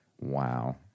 Wow